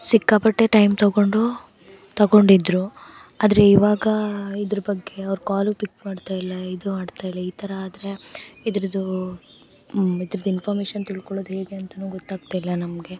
ಸಿಕ್ಕಾಪಟ್ಟೆ ಟೈಮ್ ತಗೊಂಡು ತಗೊಂಡಿದ್ದರು ಆದರೆ ಇವಾಗ ಇದ್ರ ಬಗ್ಗೆ ಅವ್ರು ಕಾಲೂ ಪಿಕ್ ಮಾಡ್ತಾ ಇಲ್ಲ ಇದೂ ಮಾಡ್ತಾ ಇಲ್ಲ ಈ ಥರ ಆದರೆ ಇದರದು ಇದ್ರ ಇನ್ಫಾಮೇಶನ್ ತಿಳ್ಕೊಳ್ಳೋದ್ದು ಹೇಗೆ ಅಂತಲೂ ಗೊತ್ತಾಗ್ತಾ ಇಲ್ಲ ನಮಗೆ